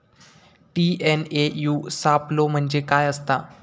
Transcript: TNAU सापलो म्हणजे काय असतां?